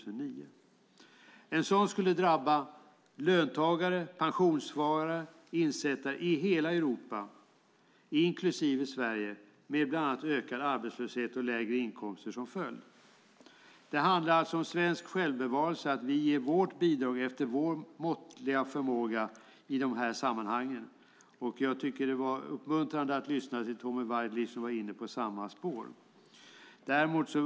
En sådan kris skulle drabba löntagare, pensionssparare och insättare i hela Europa, inklusive Sverige, med bland annat ökad arbetslöshet och lägre inkomster som följd. Det handlar alltså om svensk självbevarelse att vi ger vårt bidrag efter vår måttliga förmåga i de här sammanhangen. Det var uppmuntrande att lyssna till Tommy Waidelich som var inne på samma spår.